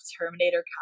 terminator